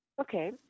Okay